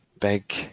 Big